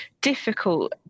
difficult